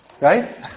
right